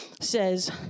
says